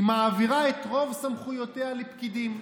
היא מעבירה את רוב סמכויותיה לפקידים.